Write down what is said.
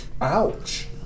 Ouch